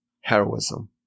heroism